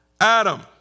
Adam